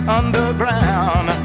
underground